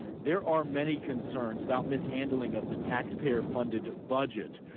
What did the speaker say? there are many concerns about mishandling of the taxpayer funded budget.